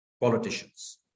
politicians